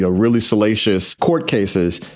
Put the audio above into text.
ah really salacious court cases.